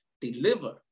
deliver